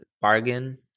bargain